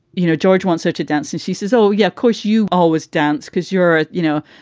you know, george wants her to dance. and she says, oh, yeah, course you always dance because you're a, you know,